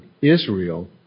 Israel